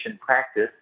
practice